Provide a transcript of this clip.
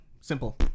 Simple